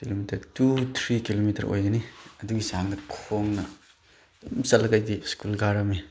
kilometre two three kilometre ꯑꯣꯏꯒꯅꯤ ꯑꯗꯨꯒꯤ ꯆꯥꯡꯗ ꯈꯣꯡꯅ ꯑꯗꯨꯝ ꯆꯠꯂꯒ ꯑꯩꯗꯤ ꯁ꯭ꯀꯨꯜ ꯀꯥꯔꯝꯃꯤ